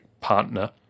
partner